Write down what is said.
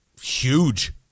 huge